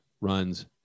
runs